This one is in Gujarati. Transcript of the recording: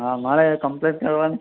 હા મારે કમ્પલેન કરવાની